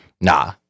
nah